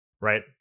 right